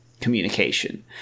communication